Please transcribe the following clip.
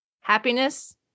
happiness